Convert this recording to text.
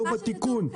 לא בתיקון.